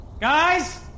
Guys